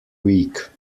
week